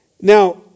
Now